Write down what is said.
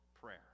prayer